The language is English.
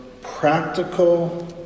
Practical